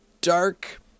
dark